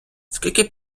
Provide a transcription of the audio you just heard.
скільки